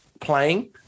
playing